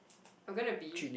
I'm gonna be